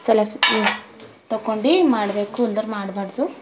ಸಲಹೆ ತೊಗೊಂಡು ಮಾಡಬೇಕು ಇಲ್ದಿರೆ ಮಾಡ್ಬಾರ್ದು